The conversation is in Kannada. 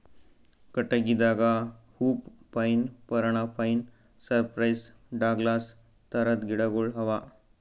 ಕಟ್ಟಗಿದಾಗ ಹೂಪ್ ಪೈನ್, ಪರಣ ಪೈನ್, ಸೈಪ್ರೆಸ್, ಡಗ್ಲಾಸ್ ಥರದ್ ಗಿಡಗೋಳು ಅವಾ